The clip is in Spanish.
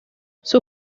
sus